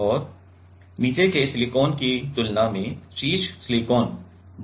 और नीचे के सिलिकॉन की तुलना में शीर्ष सिलिकॉन बहुत पतला है